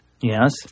Yes